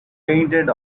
painted